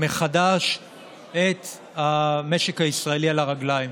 מחדש את המשק הישראלי על הרגליים.